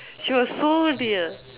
she was so near